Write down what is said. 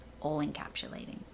all-encapsulating